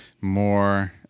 more